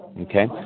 Okay